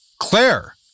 Claire